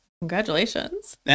Congratulations